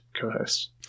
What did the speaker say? co-host